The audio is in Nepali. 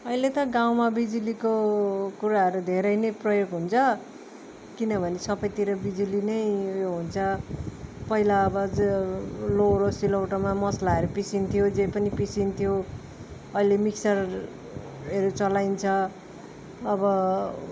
अहिले त गाउँमा बिजुलीको कुराहरू धेरै नै प्रयोग हुन्छ किनभने सबैतिर बिजुली नै उयो हुन्छ पहिला अब लोहोरो सिलौटोमा मसलाहरू पिसिन्थ्यो जे पनि पिसिन्थ्यो अहिले मिक्सरहरू चलाइन्छ अब